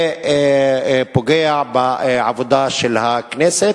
זה פוגע בעבודה של הכנסת.